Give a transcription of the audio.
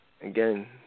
Again